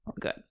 good